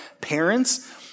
Parents